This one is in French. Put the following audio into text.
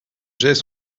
jets